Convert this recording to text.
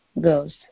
goes